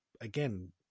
again